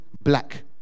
black